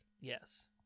Yes